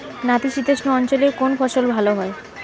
নাতিশীতোষ্ণ অঞ্চলে কোন ফসল ভালো হয়?